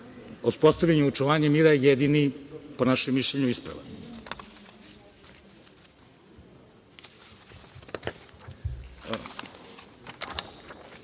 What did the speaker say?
uspostavljanje i očuvanje mira je jedini, po našem mišljenju, ispravan. Još